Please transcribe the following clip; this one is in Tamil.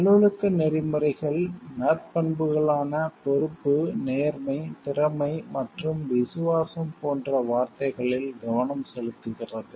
நல்லொழுக்க நெறிமுறைகள் விர்ட்சு எதிக்ஸ் நற்பண்புகளான பொறுப்பு நேர்மை திறமை மற்றும் விசுவாசம் போன்ற வார்த்தைகளில் கவனம் செலுத்துகிறது